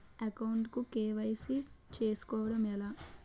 Account కు KYC చేసుకోవడం ఎలా?